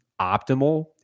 optimal